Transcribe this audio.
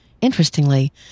Interestingly